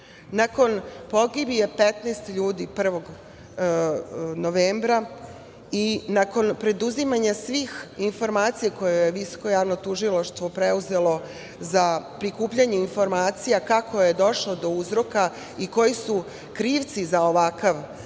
Nakon pogibije 15 ljudi 1. novembra i nakon preduzimanja svih informacija koje je Visoko javno tužilaštvo preuzelo za prikupljanje informacija kako je došlo do uzroka i koji su krivci za ovakav